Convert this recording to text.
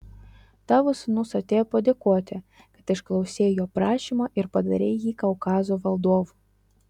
tavo sūnus atėjo padėkoti kad išklausei jo prašymo ir padarei jį kaukazo valdovu